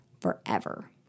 forever